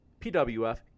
pwf